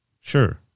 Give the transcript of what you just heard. sure